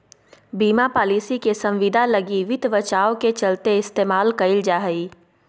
बीमा पालिसी के संविदा लगी वित्त बचाव के चलते इस्तेमाल कईल जा हइ